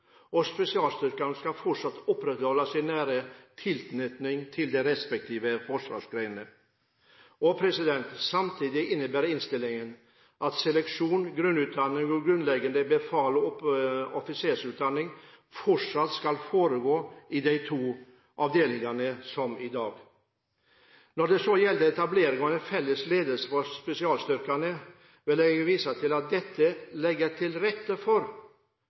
Haakonsvern/Ramsund. Spesialstyrkene skal fortsatt opprettholde sin nære tilknytning til de respektive forsvarsgrenene. Samtidig innebærer innstillingen at seleksjon, grunnutdanning og grunnleggende befals- og offisersutdanning fortsatt skal foregå i de to avdelingene, som i dag. Når det så gjelder etableringen av en felles ledelse for spesialstyrkene, vil jeg vise til at dette legger til rette for